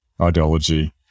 ideology